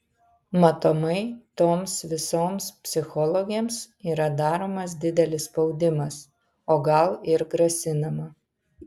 matomai toms visoms psichologėms yra daromas didelis spaudimas o gal ir grasinama